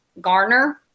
Garner